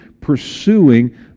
pursuing